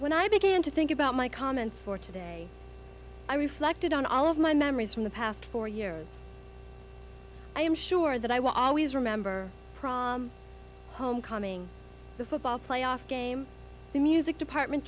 when i began to think about my comments for today i reflected on all of my memories from the past four years i am sure that i will always remember prom homecoming the football playoff game the music department